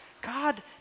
God